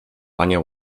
panie